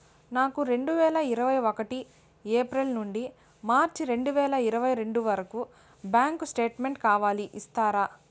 నాకు రెండు వేల ఇరవై ఒకటి ఏప్రిల్ నుండి మార్చ్ రెండు వేల ఇరవై రెండు వరకు బ్యాంకు స్టేట్మెంట్ కావాలి ఇస్తారా